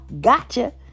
gotcha